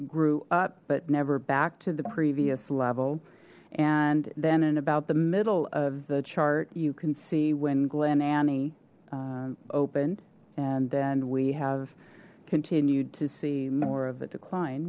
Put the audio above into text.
grew up but never back to the previous level and then in about the middle of the chart you can see when glen annie opened and then we have continued to see more of a decline